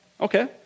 Okay